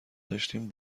داشتیم